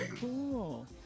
cool